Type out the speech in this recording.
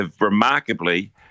remarkably